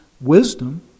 wisdom